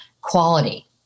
quality